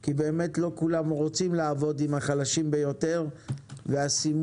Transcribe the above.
כי לא כולם רוצים לעבוד עם החלשים ביותר והסימון